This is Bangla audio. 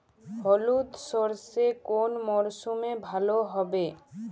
হলুদ সর্ষে কোন মরশুমে ভালো হবে?